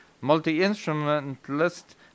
multi-instrumentalist